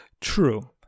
true